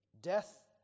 death